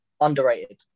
Underrated